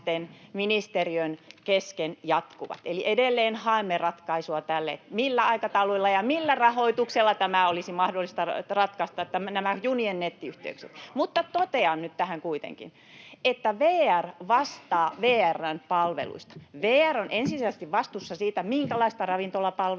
ministeriön kesken jatkuvat. Eli edelleen haemme ratkaisua tälle, millä aikatauluilla ja millä rahoituksella nämä junien nettiyhteydet olisi mahdollista ratkaista. [Keskeltä: Missä rahat? — Hälinää — Puhemies koputtaa] Mutta totean tähän nyt kuitenkin, että VR vastaa VR:n palveluista. VR on ensisijaisesti vastuussa siitä, minkälaista ravintolapalvelua,